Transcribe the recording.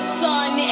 sun